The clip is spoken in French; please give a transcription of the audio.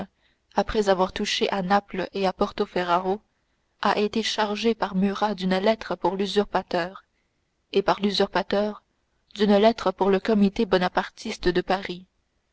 après avoir touché à naples et à porto ferrajo a été chargé par murat d'une lettre pour l'usurpateur et par l'usurpateur d'une lettre pour le comité bonapartiste de paris